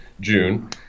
June